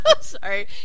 Sorry